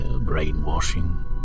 brainwashing